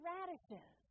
Radishes